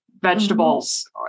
vegetables